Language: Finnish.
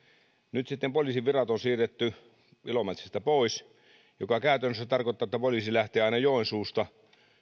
nyt sitten poliisin virat on siirretty ilomantsista pois mikä käytännössä tarkoittaa että poliisi lähtee aina joensuusta